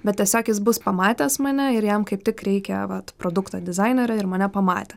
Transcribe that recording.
bet tiesiog jis bus pamatęs mane ir jam kaip tik reikia vat produkto dizainerio ir mane pamatė